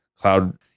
cloud